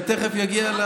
אני תכף אגיע.